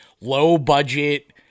low-budget